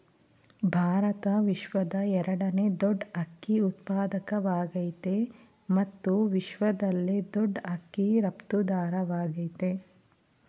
ಭಾರತ ವಿಶ್ವದ ಎರಡನೇ ದೊಡ್ ಅಕ್ಕಿ ಉತ್ಪಾದಕವಾಗಯ್ತೆ ಮತ್ತು ವಿಶ್ವದಲ್ಲೇ ದೊಡ್ ಅಕ್ಕಿ ರಫ್ತುದಾರವಾಗಯ್ತೆ